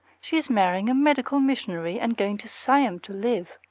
she's marrying a medical missionary and going to siam to live!